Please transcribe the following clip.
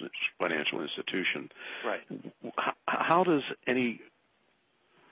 its financial institution right how does any